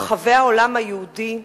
ברחבי העולם היהודי,